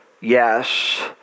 yes